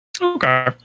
Okay